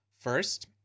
First